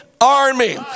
army